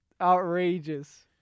outrageous